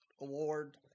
award